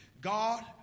God